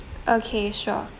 okay sure